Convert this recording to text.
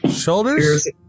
shoulders